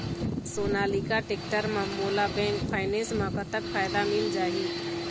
Sonalika tractor म मोला bank finance म कतक फायदा मिल जाही?